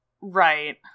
Right